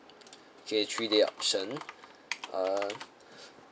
okay three day option uh